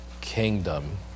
kingdom